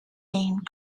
named